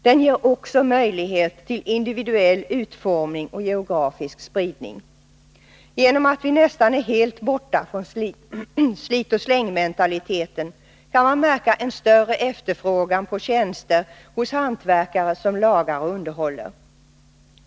Den ger också möjlighet till individuell utformning och geografisk spridning. Genom att vi nästan är helt borta från slit-och-släng-mentaliteten förmärks en större efterfrågan på tjänster hos hantverkare som lagar och underhåller.